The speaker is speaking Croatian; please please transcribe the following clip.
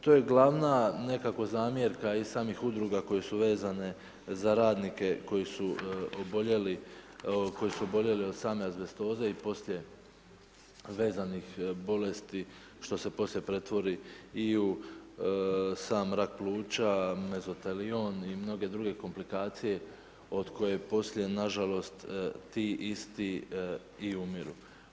To je glavna nekako zamjerka i samih Udruga koje su vezane za radnike koji su oboljeli od same azbestoze i poslije vezanih bolesti, što se poslije pretvori i u sam rak pluća, mezatelijon i mnoge druge komplikacije, od koje poslije nažalost ti isti i umiru.